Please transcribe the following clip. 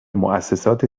موسسات